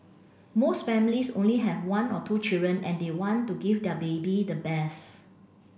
most families only have one or two children and they want to give their baby the best